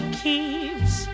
keeps